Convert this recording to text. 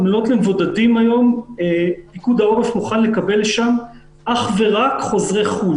במלונות למבודדים היום פיקוד העורף מוכן לקבל אך ורק חוזרי חו"ל.